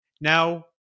Now